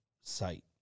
site